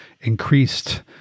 increased